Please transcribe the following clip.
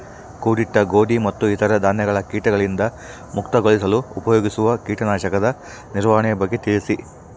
ಕೂಡಿಟ್ಟ ಗೋಧಿ ಮತ್ತು ಇತರ ಧಾನ್ಯಗಳ ಕೇಟಗಳಿಂದ ಮುಕ್ತಿಗೊಳಿಸಲು ಉಪಯೋಗಿಸುವ ಕೇಟನಾಶಕದ ನಿರ್ವಹಣೆಯ ಬಗ್ಗೆ ತಿಳಿಸಿ?